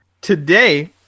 Today